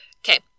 Okay